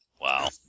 Wow